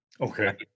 Okay